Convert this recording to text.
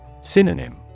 Synonym